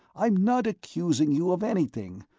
i'm not accusing you of anything,